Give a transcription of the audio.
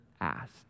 asked